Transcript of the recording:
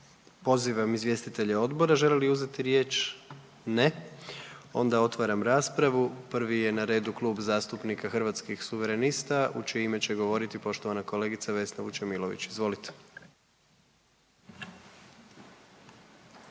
Pozivam izvjestitelje odbora žele li uzeti riječ? Ne. Onda otvaram raspravu, prvi je na redu Klub zastupnika Hrvatskih suverenista u čije ime će govoriti poštovana kolegica Vesna Vučemilović, izvolite.